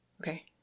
okay